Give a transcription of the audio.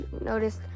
noticed